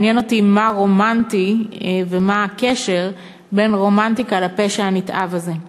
מעניין אותי מה רומנטי ומה הקשר בין רומנטיקה לפשע הנתעב הזה.